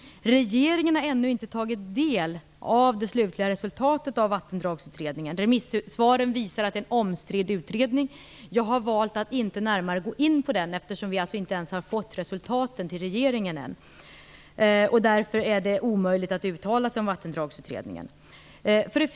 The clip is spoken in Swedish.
Regeringen har ännu inte tagit del av det slutliga resultatet av Vattendragsutredningen. Remissvaren visar att det är en omstridd utredning. Jag har valt att inte närmare gå in på den eftersom vi inte ens har fått resultatet till regeringen än. Därför är det omöjligt att uttala sig om den utredningen.